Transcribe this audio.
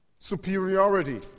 Superiority